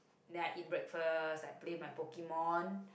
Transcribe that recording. then I eat breakfast I play my Pokemon